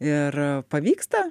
ir pavyksta